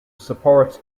supports